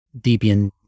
Debian